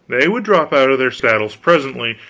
they would drop out of their saddles presently,